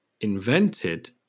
invented